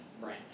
branch